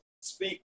speak